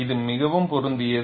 இது மிகவும் பொருந்தியது